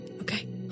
Okay